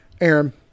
Aaron